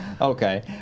Okay